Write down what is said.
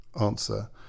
answer